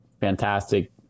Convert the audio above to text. fantastic